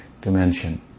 dimension